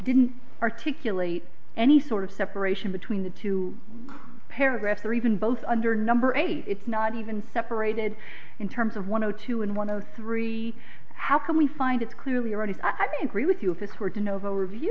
didn't articulate any sort of separation between the two paragraphs or even both under number eight it's not even separated in terms of one zero two and one of three how can we find it clearly already i did three with you if this were to novo review